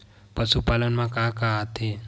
पशुपालन मा का का आथे?